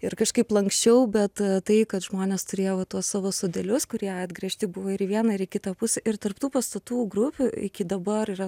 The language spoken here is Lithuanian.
ir kažkaip lanksčiau bet tai kad žmonės turėjo va tuos savo sodelius kurie atgręžti buvo ir į vieną ir į kitą pusę ir tarp tų pastatų grupių iki dabar yra